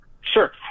sure